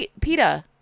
PETA